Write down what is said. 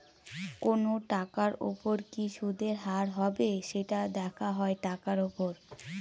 কোনো টাকার উপর কি সুদের হার হবে, সেটা দেখা হয় টাকার উপর